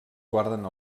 guarden